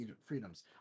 freedoms